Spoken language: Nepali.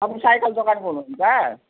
तपाईँ साइकल दोकानको हुनु हुन्छ